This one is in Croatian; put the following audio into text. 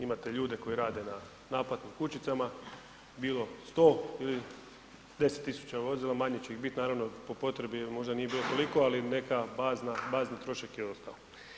Imate ljude koji rade na naplatnim kućicama, bilo 100 ili 10 000 vozila, manje će ih bit naravno po potrebi možda nije bilo toliko ali neki bazni trošak je ostao.